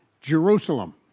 Jerusalem